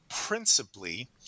Principally